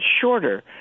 shorter